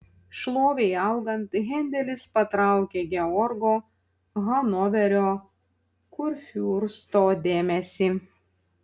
šlovei augant hendelis patraukė georgo hanoverio kurfiursto dėmesį